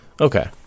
Okay